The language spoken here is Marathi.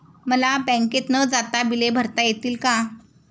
मला बँकेत न जाता बिले भरता येतील का?